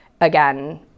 again